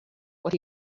what